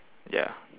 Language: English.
ya